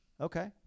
okay